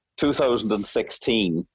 2016